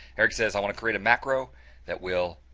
eric says, i want to create a macro that will